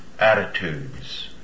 attitudes